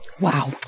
Wow